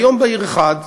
ביום בהיר אחד,